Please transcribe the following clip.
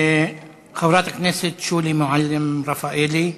חברת הכנסת שולי מועלם-רפאלי.